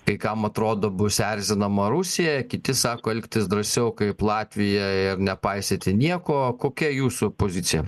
kai kam atrodo bus erzinama rusija kiti sako elgtis drąsiau kaip latvijoj ir nepaisyti nieko kokia jūsų pozicija